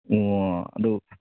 ꯑꯣ ꯑꯗꯨ